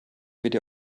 bitte